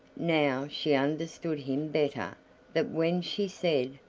now she understood him better, that when she said,